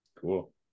Cool